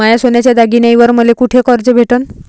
माया सोन्याच्या दागिन्यांइवर मले कुठे कर्ज भेटन?